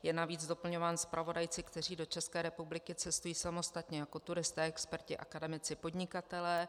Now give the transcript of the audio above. Je navíc doplňován zpravodajci, kteří do České republiky cestují samostatně jako turisté, experti, akademici, podnikatelé.